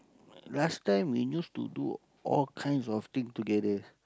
last time we used to do all kinds of thing together